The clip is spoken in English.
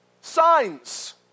Signs